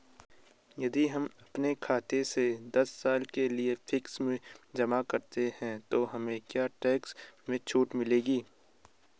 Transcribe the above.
यदि हम अपने खाते से दस साल के लिए फिक्स में जमा करते हैं तो हमें क्या टैक्स में छूट मिलेगी?